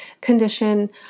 condition